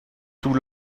sous